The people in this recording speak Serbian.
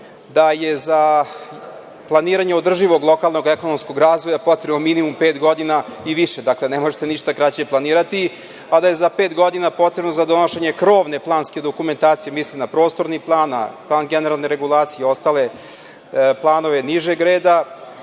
da je za planiranje održivog lokalnog ekonomskog razvoja potrebno minimum pet godina i više, dakle, ne možete ništa kraće planirati, a da je za pet godina potrebno za donošenje krovne planske dokumentacije, mislim na prostorni plan, na plan generalne regulacije i ostale planove nižeg reda